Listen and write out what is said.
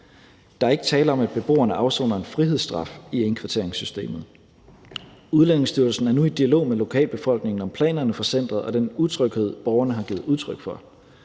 Der er ikke tale om, at beboerne afsoner en frihedsstraf i indkvarteringssystemet. Udlændingestyrelsen er nu i dialog med lokalbefolkningen om planerne for centeret og den utryghed, som borgerne har givet udtryk for